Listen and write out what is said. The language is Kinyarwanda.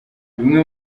bimwe